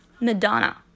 Madonna